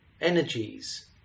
energies